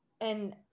and-